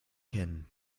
kennen